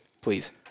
please